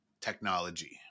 technology